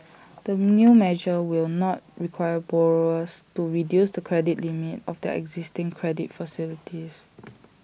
the new measure will not require borrowers to reduce the credit limit of their existing credit facilities